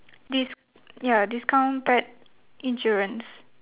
dis~ ya discount pet insurance